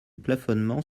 plafonnement